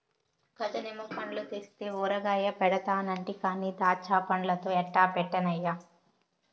గజ నిమ్మ పండ్లు తెస్తే ఊరగాయ పెడతానంటి కానీ దాచ్చాపండ్లతో ఎట్టా పెట్టన్నయ్యా